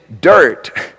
dirt